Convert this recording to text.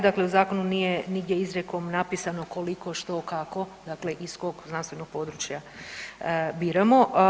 Dakle, u zakonu nije nigdje izrijekom napisano koliko, što, kako dakle iz kog znanstvenog područja biramo.